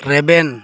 ᱨᱮᱵᱮᱱ